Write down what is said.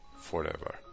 forever